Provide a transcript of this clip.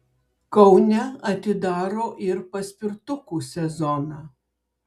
kaune atidaro ir paspirtukų sezoną